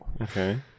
Okay